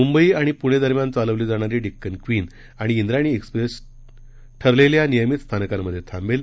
मुंबई आणि पूणे दरम्यान चालवली जाणारी डेक्कन क्वीन आणि व्रायणी एक्स्प्रेस ठरलेल्या नियमित स्थानकांमध्ये थांबेल